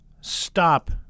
stop